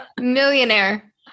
millionaire